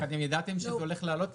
אתה ידעתם שזה הולך לעלות,